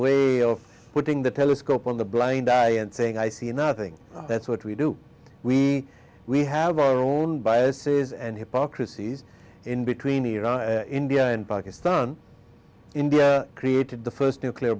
way of putting the telescope on the blind eye and saying i see nothing that's what we do we we have our own biases and hypocrisy in between iraq and pakistan india created the first nuclear